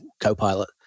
Copilot